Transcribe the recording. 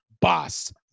boss